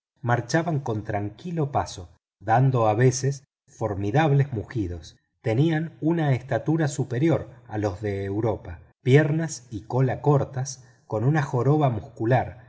marchaban con tranquilo paso dando a veces formidables mugidos tenían una estatura superior a los de europa piernas y cola cortas con una joroba muscular